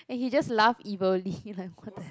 and he just laugh evilly like what the h~